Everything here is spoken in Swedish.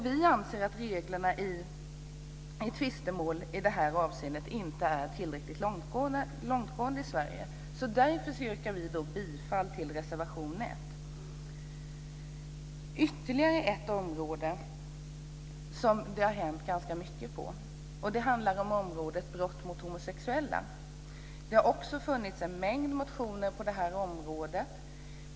Vi anser att reglerna i tvistemål i detta avseende inte är tillräckligt långtgående i Sverige. Därför yrkar vi bifall till reservation 1. Ytterligare ett område där det har hänt ganska mycket gäller brott mot homosexuella. Det har också funnits en mängd motioner på detta område.